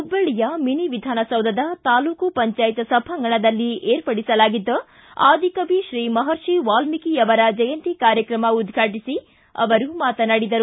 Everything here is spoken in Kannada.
ಹುಬ್ಬಳ್ಳಿಯ ಮಿನಿವಿಧಾನ ಸೌಧದ ತಾಲುಕು ಪಂಚಾಯತ್ ಸಭಾಗಂಗಣದಲ್ಲಿ ಏರ್ಪಡಿಸಲಾಗಿದ್ದ ಆದಿಕವಿ ಶೀ ಮಹರ್ಷಿ ವಾಲ್ಮೀಕಿಯವರ ಜಯಂತಿ ಕಾರ್ಯಕ್ರಮ ಉದ್ಘಾಟಿಸಿ ಅವರು ಮಾತನಾಡಿದರು